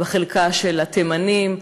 בחלקה של התימנים,